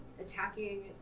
attacking